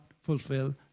fulfill